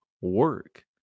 work